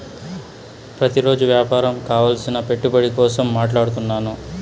ప్రతిరోజు వ్యాపారం కావలసిన పెట్టుబడి కోసం మాట్లాడుతున్నాను